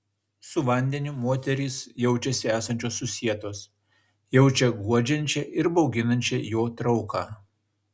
su vandeniu moterys jaučiasi esančios susietos jaučia guodžiančią ir bauginančią jo trauką